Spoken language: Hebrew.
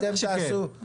בטח שכן.